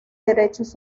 derechos